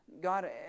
God